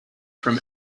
from